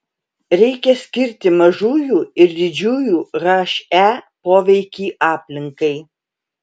reikia skirti mažųjų ir didžiųjų he poveikį aplinkai